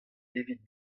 evit